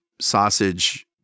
sausage